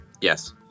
Yes